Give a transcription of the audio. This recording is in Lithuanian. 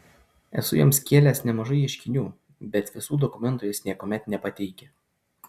esu joms kėlęs nemažai ieškinių bet visų dokumentų jos niekuomet nepateikia